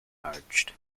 urged